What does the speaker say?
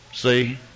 see